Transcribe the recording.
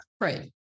Right